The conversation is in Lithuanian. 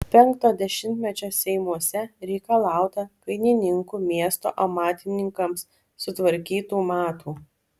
penkto dešimtmečio seimuose reikalauta kainininkų miesto amatininkams sutvarkytų matų